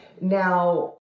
now